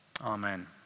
Amen